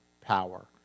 power